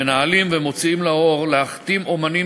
מנהלים ומוציאים לאור להחתים אמנים